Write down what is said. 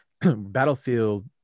battlefield